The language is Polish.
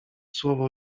słowo